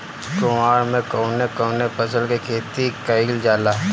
कुवार में कवने कवने फसल के खेती कयिल जाला?